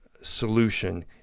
solution